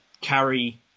carry